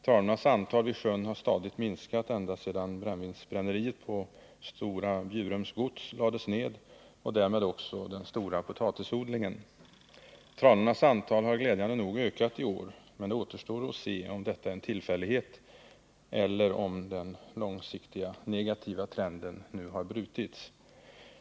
Tranornas antal vid sjön har stadigt minskat ända sedan brännvinsbränneriet på Stora Bjurums gods lades ned och därmed också den stora potatisodlingen. I år har antalet tranor glädjande nog ökat, men det återstår att se om detta är en tillfällighet eller om den långsiktiga negativa trenden har brutits.